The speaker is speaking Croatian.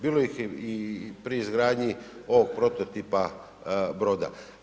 Bilo ih je i pri izgradnji ovog prototipa broda.